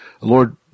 Lord